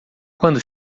quando